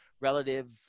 relative